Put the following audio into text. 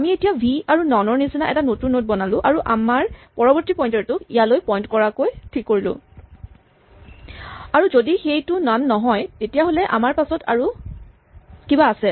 আমি এতিয়া ভি আৰু নন ৰ নিচিনা এটা নতুন নড বনালোঁ আৰু আমাৰ পৰৱৰ্তী পইন্টাৰ টোক ইয়ালৈ পইন্ট কৰাকৈ ঠিক কৰিলোঁ আৰু যদি সেইটো নন নহয় তেতিয়াহ'লে আমাৰ পাছত আৰু কিবা আছে